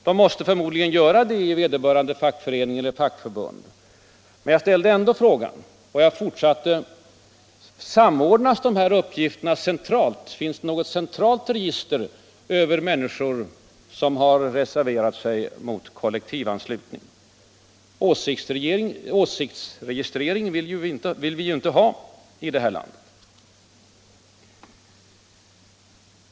Det måste förmodligen göras i vederbörande fackförening eller fackförbund, men jag ställde ändå frågan. Och jag fortsatte: Samordnas sådana uppgifter centralt? Finns det något centralt register över människor som har reserverat sig mot kollektivanslutning? Åsiktsregistrering vill vi ju inte ha i det här landet.